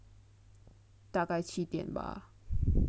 大概七点 bah